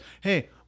hey